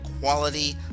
quality